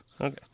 Okay